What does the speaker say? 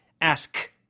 Ask